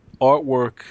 artwork